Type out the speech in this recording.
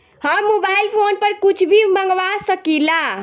हम mobile phone पर कुछ भी मंगवा सकिला?